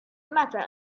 matter